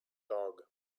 dog